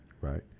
Right